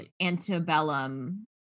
antebellum